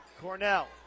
cornell